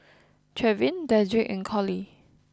Trevin Dedrick and Colie